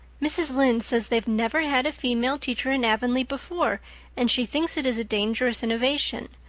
mrs. lynde says they've never had a female teacher in avonlea before and she thinks it is a dangerous innovation.